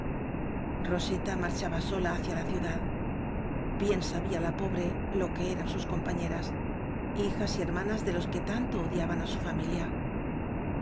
roseta marchaba sola hacia la ciudad bien sabía la pobre lo que eran sus compañeras hijas y hermanas de los que tanto odiaban á su familia